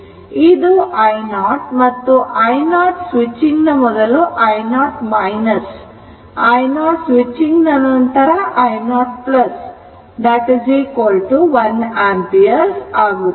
ಆದ್ದರಿಂದ ಇದು i0 ಮತ್ತು i0 ಸ್ವಿಚಿಂಗ್ ನ ಮೊದಲು i0 ಸ್ವಿಚಿಂಗ್ ನ ನಂತರ i0 1 ampere ಆಗುತ್ತದೆ